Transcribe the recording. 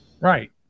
right